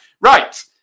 Right